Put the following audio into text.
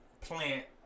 plant